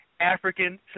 African